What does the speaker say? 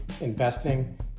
investing